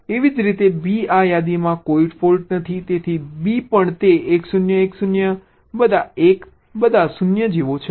એવી જ રીતે b આ યાદીમાં કોઈ ફોલ્ટ નથી તેથી b પણ તે 1 0 1 0 બધા 1 બધા 0 જેવો છે